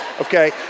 okay